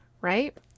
right